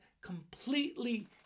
completely